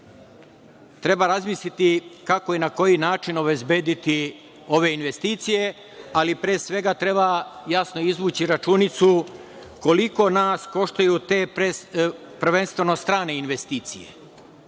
Treba razmisliti kako i na koji način obezbediti ove investicije, ali pre svega treba jasno izvući računicu koliko nas koštaju te prvenstveno strane investicije. Mi